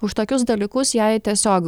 už tokius dalykus jai tiesiog